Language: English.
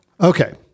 Okay